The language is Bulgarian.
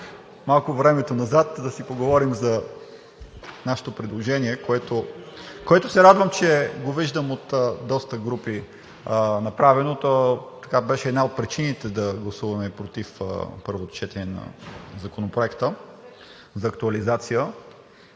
малко времето назад – да си поговорим за нашето предложение, което се радвам, че го виждам от доста групи направено. То беше една от причините да гласуваме против първото четене на Законопроекта за актуализация,